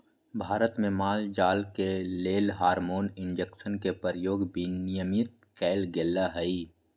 भारत में माल जाल के लेल हार्मोन इंजेक्शन के प्रयोग विनियमित कएल गेलई ह